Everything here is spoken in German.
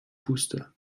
puste